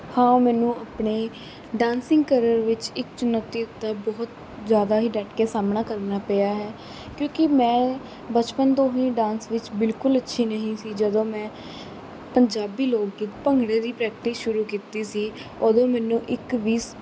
ਹਾਂ ਮੈਨੂੰ ਆਪਣੇ ਡਾਂਸਿੰਗ ਕਰਿਅਰ ਵਿੱਚ ਇੱਕ ਚੁਣੌਤੀ ਦਾ ਬਹੁਤ ਜ਼ਿਆਦਾ ਹੀ ਡੱਟ ਕੇ ਸਾਹਮਣਾ ਕਰਨਾ ਪਿਆ ਹੈ ਕਿਉਂਕਿ ਮੈਂ ਬਚਪਨ ਤੋਂ ਹੀ ਡਾਂਸ ਵਿੱਚ ਬਿਲਕੁਲ ਅੱਛੀ ਨਹੀਂ ਸੀ ਜਦੋਂ ਮੈਂ ਪੰਜਾਬੀ ਲੋਕ ਗੀਤ ਭੰਗੜੇ ਦੀ ਪ੍ਰੈਕਟਿਸ ਸ਼ੁਰੂ ਕੀਤੀ ਸੀ ਉਦੋਂ ਮੈਨੂੰ ਇੱਕ ਵੀ